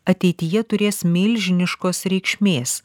ateityje turės milžiniškos reikšmės